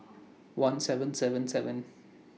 one seven seven seven